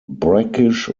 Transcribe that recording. brackish